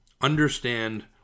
understand